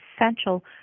essential